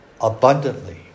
abundantly